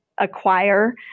acquire